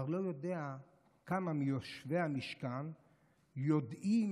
אני כבר לא יודע כמה מיושבי המשכן יודעים